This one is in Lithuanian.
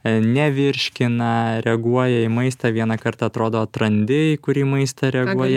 nevirškina reaguoja į maistą vieną kartą atrodo atrandi į kurį maistą reaguoja